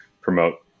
promote